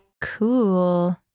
cool